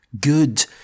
good